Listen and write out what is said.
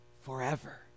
forever